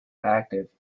active